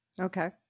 Okay